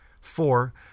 Four